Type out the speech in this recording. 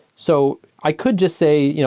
so i could just say,